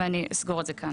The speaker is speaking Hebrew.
ובזה אסיים.